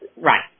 Right